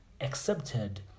accepted